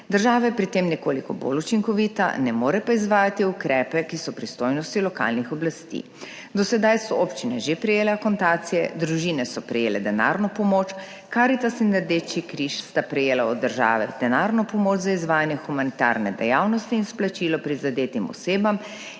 Država je pri tem nekoliko bolj učinkovita, ne more pa izvajati ukrepe, ki so 3. TRAK: (SC) – 12.10 (nadaljevanje) v pristojnosti lokalnih oblasti. Do sedaj so občine že prejele akontacije, družine so prejele denarno pomoč, Karitas in Rdeči križ sta prejela od države denarno pomoč za izvajanje humanitarne dejavnosti in izplačilo prizadetim osebam,